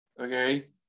Okay